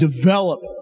develop